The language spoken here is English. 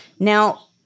Now